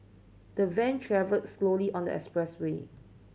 the van travelled slowly on the expressway